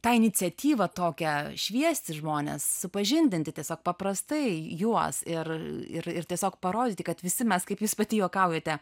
tą iniciatyvą tokią šviesti žmones supažindinti tiesiog paprastai juos ir ir ir tiesiog parodyti kad visi mes kaip jūs pati juokaujate